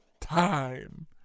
time